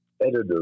editor